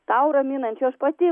tau raminančių aš pati